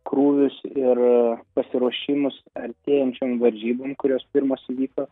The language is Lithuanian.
krūvius ir pasiruošimus artėjančiom varžybom kurios pirmos įvyko